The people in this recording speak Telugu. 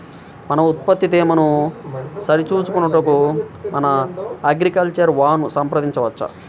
మన ఉత్పత్తి తేమను సరిచూచుకొనుటకు మన అగ్రికల్చర్ వా ను సంప్రదించవచ్చా?